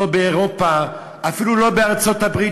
לא באירופה ואפילו לא בארצות-הברית,